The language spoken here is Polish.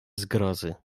zgrozy